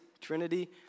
Trinity